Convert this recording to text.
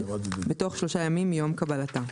בתוך 3 ימים מיום קבלתה.